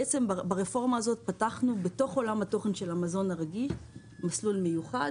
ברפורמה הזאת פתחנו בתוך עולם התוכן של המזון הרגיל מסלול מיוחד